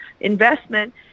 investment